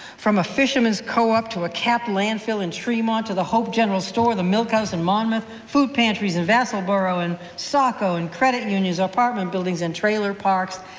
from a fishermen's co-op to a capped landfill in tremont to the hope general store, the milk house in monmouth, food pantries in vassalboro and saco, and credit unions, apartment buildings and trailer parks,